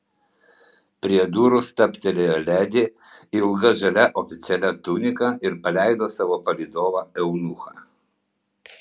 prie durų stabtelėjo ledi ilga žalia oficialia tunika ir paleido savo palydovą eunuchą